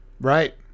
Right